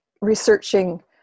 researching